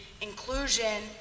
inclusion